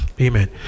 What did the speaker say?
Amen